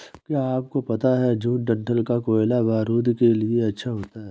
क्या आपको पता है जूट डंठल का कोयला बारूद के लिए अच्छा होता है